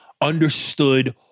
understood